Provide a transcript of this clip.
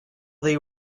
they